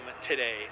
today